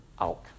out